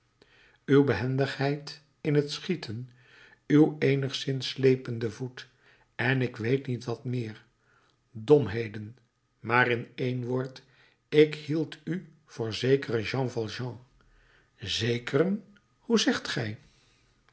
uw behendigheid in t schieten uw eenigszins slepende voet en ik weet niet wat meer domheden maar in één woord ik hield u voor zekeren jean valjean zekeren hoe zegt gij